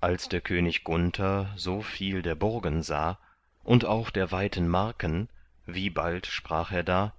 als der könig gunther so viel der burgen sah und auch der weiten marken wie bald sprach er da